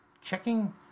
checking